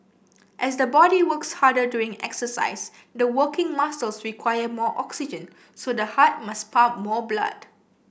as the body works harder during exercise the working muscles require more oxygen so the heart must pump more blood